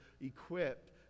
equipped